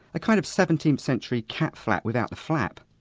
a kind of seventeenth century cat flap without the flap.